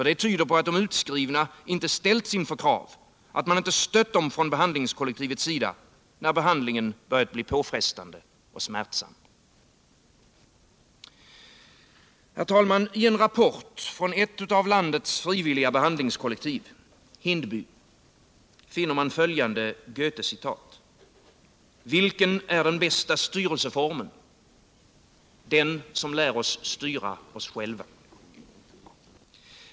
Det tyder på att de utskrivna inte ställts inför krav, att man inte stött dem från behandlingskollektivets sida när behandlingen börjat bli påfrestande och smärtsam. I en rapport från ett av landets frivilliga behandlingskollektiv, Hindby, finner man följande Goethecitat: Vilken är den bästa styrelseformen? Den som lär oss styra oss själva.